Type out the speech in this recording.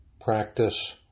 practice